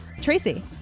Tracy